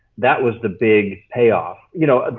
that was the big pay off. you know,